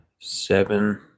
seven